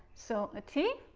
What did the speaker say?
so, a t